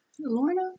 Lorna